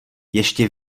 ještě